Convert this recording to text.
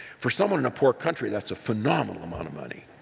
for somebody in a poor country, that's a phenomenal amount of money.